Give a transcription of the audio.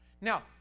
Now